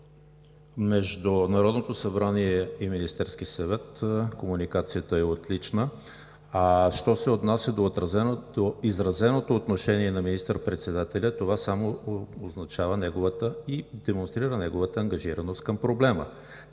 Между Народното събрание и Министерския съвет комуникацията е отлична. Що се отнася до изразеното отношение на министър-председателя, това само демонстрира неговата ангажираност към проблема.